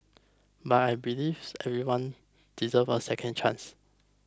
but I believes everyone deserves a second chance